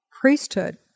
priesthood